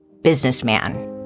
businessman